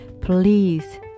please